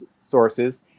sources